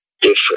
different